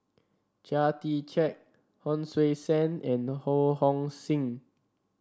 Chia Tee Chiak Hon Sui Sen and Ho Hong Sing